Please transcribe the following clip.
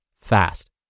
fast